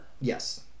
Yes